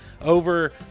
Over